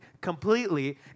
completely